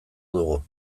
dugu